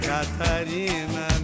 Catarina